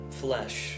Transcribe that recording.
flesh